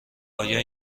آیا